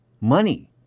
money